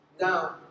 Now